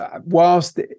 whilst